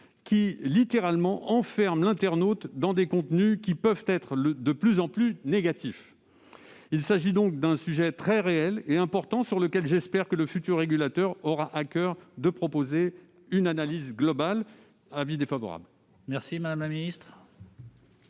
littéralement l'internaute dans des contenus qui peuvent être de plus en plus négatifs. Il s'agit donc d'un sujet réel et important sur lequel j'espère que le futur régulateur aura à coeur de proposer une analyse globale. Quel est l'avis